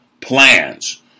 plans